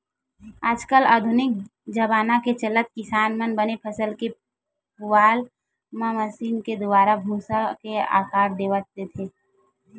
आज कल आधुनिक जबाना के चलत किसान मन बने फसल के पुवाल ल मसीन के दुवारा भूसा के आकार देवा देथे